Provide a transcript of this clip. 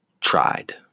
tried